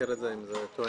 ימים אחרי.